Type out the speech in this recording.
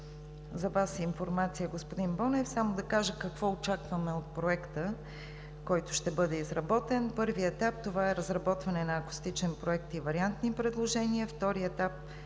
Накратко информация за Вас, господин Бонев, да кажа какво очакваме от проекта, който ще бъде изработен. Първият етап – това е разработване на акустичен проект и вариантни предложения. Вторият етап е